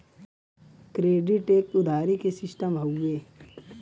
credit एक उधारी के सिस्टम हउवे